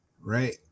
right